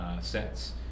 sets